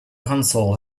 console